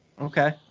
Okay